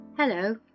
Hello